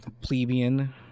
plebeian